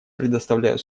предоставляю